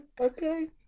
Okay